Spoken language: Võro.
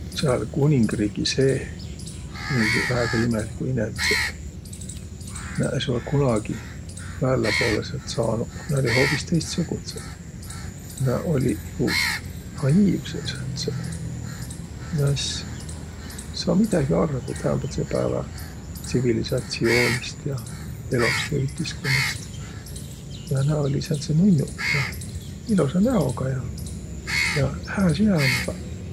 Sääl kuningriigi seeh elliq väega imeliguq inemiseq. Nä es olõq kunagi välläpoolõ säält saanuq. Nä olliq hoobis tõistsugudsõq. Nä olliq nigu naiivsõq sääntseq. Nä es saaq midägi arvo täämbädse päävä tsivilisatsioonist ja elost ja ütiskunnast. Ja nä olliq sääntseq nunn'uq ja ilosa näoga ja, ja hää süämegaq.